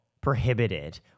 prohibited